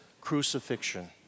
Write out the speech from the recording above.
crucifixion